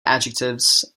adjectives